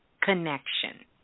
connection